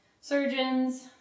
Surgeons